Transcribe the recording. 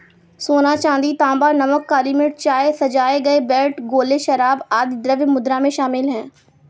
सोना, चांदी, तांबा, नमक, काली मिर्च, चाय, सजाए गए बेल्ट, गोले, शराब, आदि द्रव्य मुद्रा में शामिल हैं